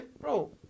Bro